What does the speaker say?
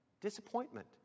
Disappointment